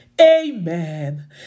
amen